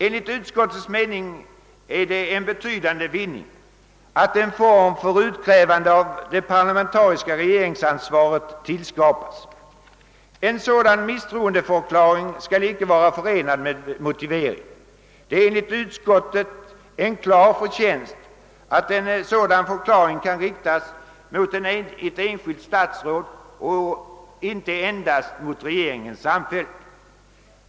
Enligt utskottets mening är det en betydande vinning att en form för utkrävande av det parlamentariska regeringsansvaret tillskapas. En sådan misstroendeförklaring skall icke vara förenad med motivering. Det är enligt utskottet en klar förtjänst, att en sådan förklaring kan riktas mot ett enskilt statsråd och inte endast mot regeringen samfällt.